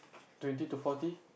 twenty to forty